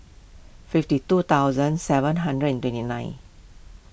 fifty two thousand seven hundred and twenty nine